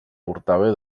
portaveu